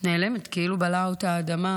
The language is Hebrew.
נעלמת כאילו בלעה אותה האדמה,